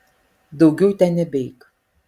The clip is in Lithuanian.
daugiau ten nebeik